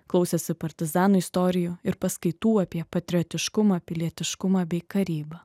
klausėsi partizanų istorijų ir paskaitų apie patriotiškumą pilietiškumą bei karybą